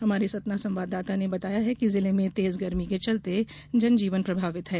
हमारे सतना संवाददाता ने बताया कि जिले में तेज गर्मी के चलते जनजीवन प्रभावित है